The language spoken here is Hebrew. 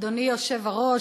אדוני היושב-ראש,